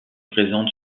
présente